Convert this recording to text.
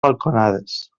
balconades